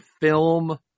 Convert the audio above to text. film